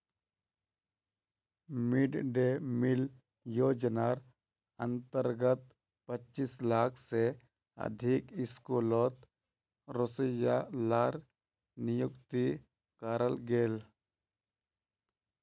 mid day meal योज्नार अंतर्गत पच्चीस लाख से अधिक स्कूलोत रोसोइया लार नियुक्ति कराल गेल